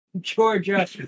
Georgia